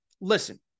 listen